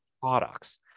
products